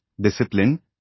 discipline